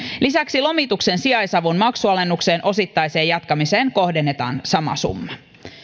lisäksi lomituksen sijaisavun maksualennuksen osittaiseen jatkamiseen kohdennetaan sama summa